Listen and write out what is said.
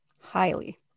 Highly